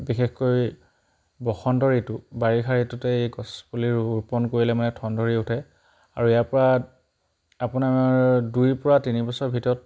বিশেষকৈ বসন্ত ঋতু বাৰিষা ঋতুতে এই গছপুলি ৰোপণ কৰিলে মানে ঠনধৰি উঠে আৰু ইয়াৰপৰা আপোনাৰ দুইৰপৰা তিনিবছৰ ভিতৰত